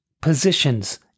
positions